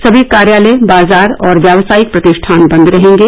सभी कार्यालय बाजार और व्यावसायिक प्रतिष्ठान बंद रहेंगे